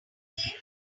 day